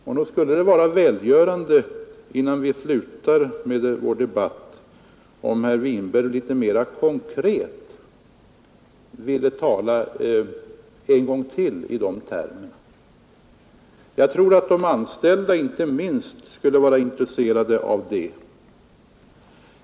Men nog skulle det innan vi slutar vår debatt vara välgörande, om herr Winberg litet mera konkret en gång till ville tala i dessa termer. Jag tror att inte minst de anställda skulle vara intresserade därav.